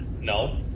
No